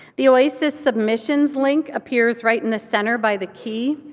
the oasis submission's link appears right in the center by the key.